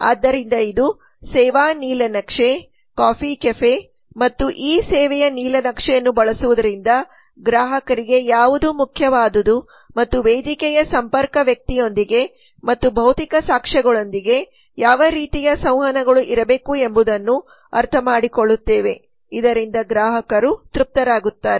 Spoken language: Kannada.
ಆದ್ದರಿಂದ ಇದು ಸೇವಾ ನೀಲನಕ್ಷೆ ಕಾಫಿ ಕೆಫೆ ಮತ್ತು ಈ ಸೇವೆಯ ನೀಲನಕ್ಷೆಯನ್ನು ಬಳಸುವುದರಿಂದ ಗ್ರಾಹಕರಿಗೆ ಯಾವುದು ಮುಖ್ಯವಾದುದು ಮತ್ತು ವೇದಿಕೆಯ ಸಂಪರ್ಕ ವ್ಯಕ್ತಿಯೊಂದಿಗೆ ಮತ್ತು ಭೌತಿಕ ಸಾಕ್ಷ್ಯಗಳೊಂದಿಗೆ ಯಾವ ರೀತಿಯ ಸಂವಹನಗಳು ಇರಬೇಕು ಎಂಬುದನ್ನು ಅರ್ಥಮಾಡಿಕೊಳ್ಳುತ್ತೇನೆ ಇದರಿಂದ ಗ್ರಾಹಕರು ತೃಪ್ತರಾಗುತ್ತಾರೆ